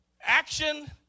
Action